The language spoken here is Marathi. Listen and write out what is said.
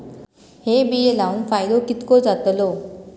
हे बिये लाऊन फायदो कितको जातलो?